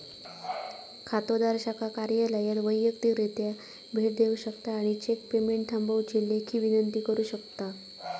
खातोदार शाखा कार्यालयात वैयक्तिकरित्या भेट देऊ शकता आणि चेक पेमेंट थांबवुची लेखी विनंती करू शकता